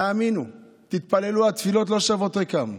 תאמינו, תתפללו, התפילות לא שבות ריקם.